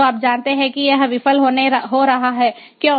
तो आप जानते हैं कि यह विफल हो रहा है क्यों